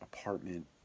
apartment